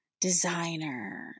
designer